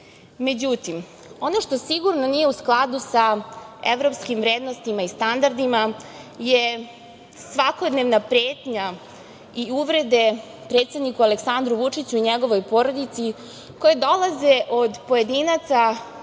izbore.Međutim, ono što sigurno nije u skladu sa evropskim vrednostima i standardima je svakodnevna pretnja i uvrede predsedniku Aleksandru Vučiću i njegovoj porodici, koje dolaze od pojedinaca